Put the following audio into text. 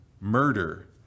murder